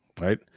right